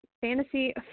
Fantasy